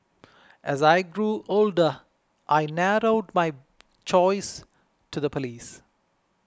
as I grew older I narrowed my choice to the police